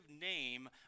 name